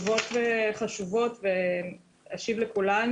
טובות וחשובות, ואשיב לכולם.